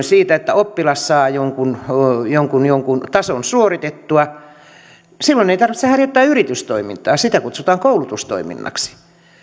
siitä että oppilas saa jonkun jonkun tason suoritettua silloin ei tarvitse harjoittaa yritystoimintaa sitä kutsutaan koulutustoiminnaksi